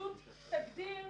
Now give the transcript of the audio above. פשוט תגדיר